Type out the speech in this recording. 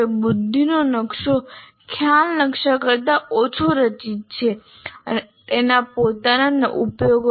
બુદ્ધિનો નકશો ખ્યાલ નકશા કરતા ઓછો રચિત છે અને તેના પોતાના ઉપયોગો છે